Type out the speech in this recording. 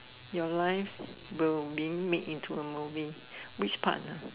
your life will being made into a movie which part ah